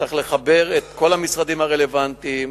צריך לחבר את כל המשרדים הרלוונטיים